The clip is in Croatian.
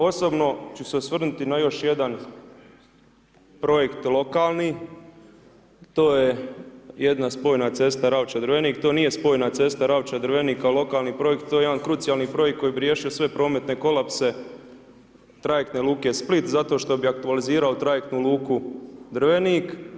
Osobno ću se osvrnuti na još jedan projekt lokalni, to je jedna spojena cesta Ravča-Drvenik, to nije spojena cesta Ravča-Drvenik kao lokalni projekt to je jedan krucijalni projekt koji bi riješio sve prometne kolapse trajektne luke Split zato što bi aktualizirao trajektnu luku Drvenik.